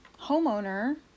homeowner